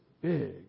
Big